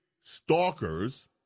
stalkers